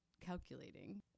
calculating